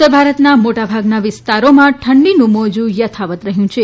ઉત્તર ભારતના મોટાભાગના વિસ્તારોમાં ઠંડીનું મોજું યથાવત્ રહ્યું છે